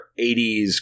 80s